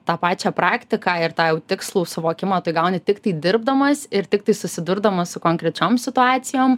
tą pačią praktiką ir tą jau tikslų suvokimą tai gauni tiktai dirbdamas ir tiktai susidurdamas su konkrečiom situacijom